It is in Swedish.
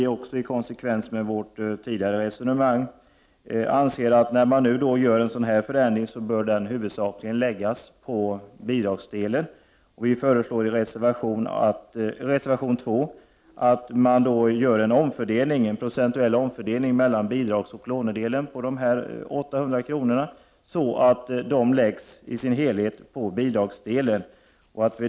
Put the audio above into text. I konsekvens med vårt tidigare resonemang anser vi därför att när man gör en sådan här förändring bör kompensationen huvudsakligen läggas på bidragsdelen. I reservation nr 2 föreslår vi att man skall göra en procentuell omfördelning mellan bidragsoch lånedelen så att dessa 800 kr i sin helhet läggs på bidragsdelen.